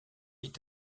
est